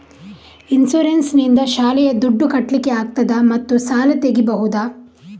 Insurance ನಿಂದ ಶಾಲೆಯ ದುಡ್ದು ಕಟ್ಲಿಕ್ಕೆ ಆಗ್ತದಾ ಮತ್ತು ಸಾಲ ತೆಗಿಬಹುದಾ?